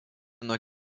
nuo